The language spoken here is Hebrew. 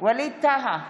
ווליד טאהא,